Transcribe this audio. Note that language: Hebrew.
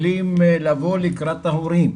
יכולות לבוא לקראת ההורים,